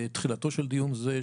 בתחילתו של דיון זה,